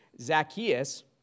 Zacchaeus